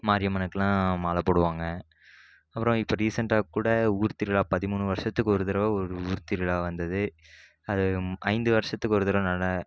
மாரியம்மனுக்கெலாம் மாலை போடுவாங்க அப்புறம் இப்போ ரீசன்ட்டாக கூட ஊர் திருவிழா பதிமூணு வருஷத்துக்கு ஒரு தடவை ஒரு ஊர் திருவிழா வந்தது அது ஐந்து வருஷத்துக்கு ஒரு தடவை